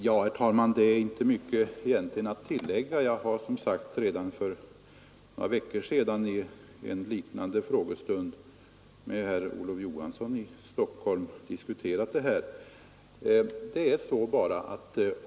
Herr talman! Det är egentligen inte mycket att tillägga. Jag diskuterade som sagt detta för några veckor sedan med herr Olof Johansson i Stockholm vid en liknande frågestund.